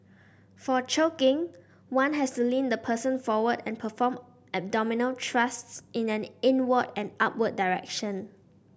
for choking one has to lean the person forward and perform abdominal thrusts in an inward and upward direction